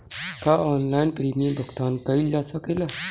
का online premium भुगतान कईल जा सकेला?